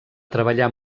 treballar